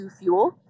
fuel